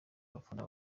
abafana